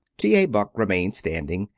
t. a. buck remained standing,